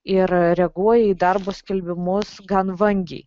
ir reaguoja į darbo skelbimus gan vangiai